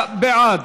49 בעד,